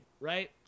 right